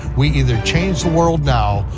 we either change the world now,